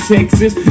Texas